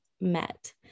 met